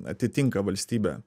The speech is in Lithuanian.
atitinka valstybę